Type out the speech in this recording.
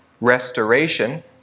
restoration